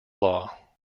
law